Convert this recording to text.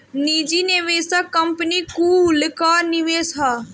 निजी निवेशक कंपनी कुल कअ निवेश हअ